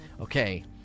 Okay